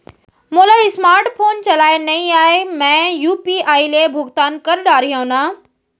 मोला smart phone चलाए नई आए मैं यू.पी.आई ले भुगतान कर डरिहंव न?